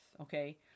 okay